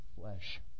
Flesh